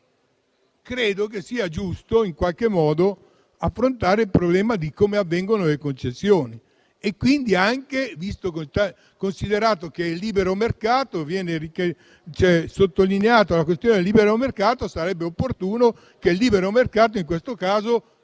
noi. Credo che sia giusto, in qualche modo, affrontare il problema di come vengono date le concessioni. Visto e considerato che viene sottolineata la questione del libero mercato, sarebbe opportuno che il libero mercato in questo caso